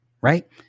Right